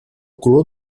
color